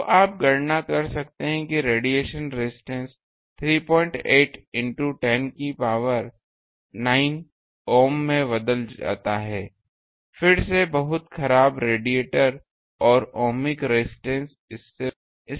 तो आप गणना कर सकते हैं रेडिएशन रेजिस्टेंस 38 इनटू 10 की पावर 9 ओम में बदल जाता है फिर से बहुत खराब रेडिएटर और ओमिक रेजिस्टेंस इससे बहुत बड़ा होगा